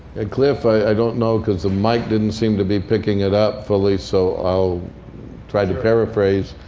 and cliff, i don't know because the mic didn't seem to be picking it up fully. so i'll try to paraphrase.